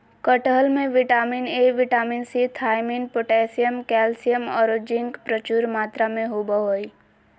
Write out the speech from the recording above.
कटहल में vitamin A, vitamin C, thiamine, potassium, calcium औरो जिंक प्रचुर मात्रा में होबा हइ